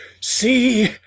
see